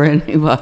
accident